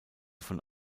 von